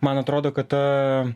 man atrodo kad ta